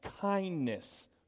kindness